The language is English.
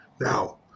Now